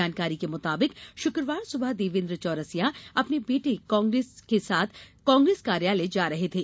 जानकारी के मुताबिक शुक्रवार सुबह देवेंद्र चौरसिया अपने बेटे के कांग्रेस कार्यालय जा रहे थे